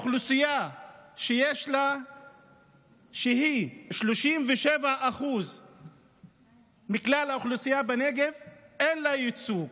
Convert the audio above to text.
לאוכלוסייה שהיא 37% מכלל האוכלוסייה בנגב אין ייצוג.